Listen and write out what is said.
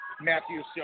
Matthews